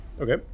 Okay